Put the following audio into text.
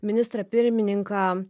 ministrą pirmininką